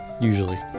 Usually